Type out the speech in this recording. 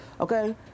Okay